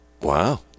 wow